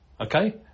Okay